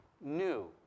new